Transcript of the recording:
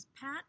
Pat